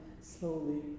slowly